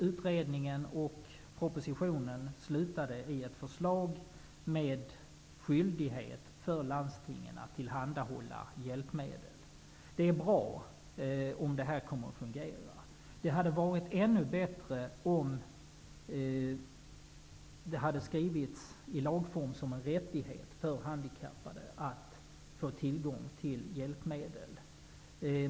Utredningen och propositionen slutade i ett förslag med skyldighet för landstingen att tillhandahålla hjälpmedel. Det är bra om det fungerar. Det hade varit ännu bättre om det hade blivit en laglig rättighet för handikappade att få tillgång till hjälpmedel.